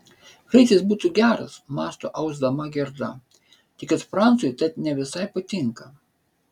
kraitis būtų geras mąsto ausdama gerda tik kad francui tat ne visai patinka